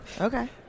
Okay